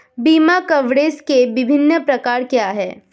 बीमा कवरेज के विभिन्न प्रकार क्या हैं?